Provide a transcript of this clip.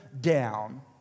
down